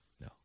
no